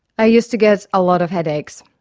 i used to get a lot of headaches.